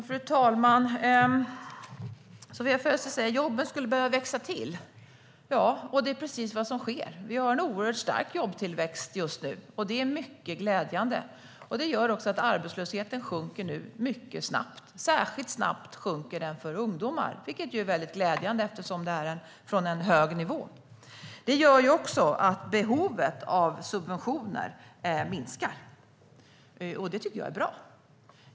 Fru talman! Sofia Fölster säger att jobben skulle behöva växa till. Ja, det är precis det som sker. Vi har en oerhört stark jobbtillväxt just nu. Det är mycket glädjande. Det gör också att arbetslösheten nu sjunker mycket snabbt. Den sjunker särskilt snabbt för ungdomar, vilket är mycket glädjande eftersom det sker från en hög nivå. Det gör också att behovet av subventioner minskar, vilket jag tycker är bra.